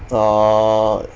orh